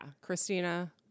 Christina